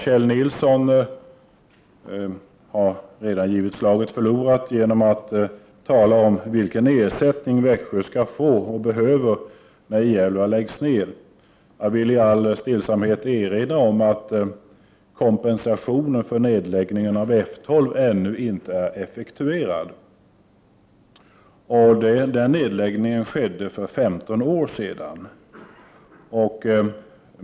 Kjell Nilsson har redan givit slaget förlorat genom att tala om vilken ersättning Växjö behöver och skall få när I 11 läggs ner. Jag vill i all stillsamhet erinra om att kompensationen för nedläggningen av F 12 ännu inte är effektuerad. Den nedläggningen skedde för femton år sedan.